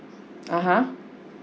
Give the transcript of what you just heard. (uh huh)